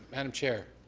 madame chair.